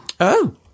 Oh